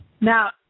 Now